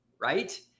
right